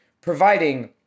providing